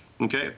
okay